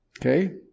Okay